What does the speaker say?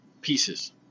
pieces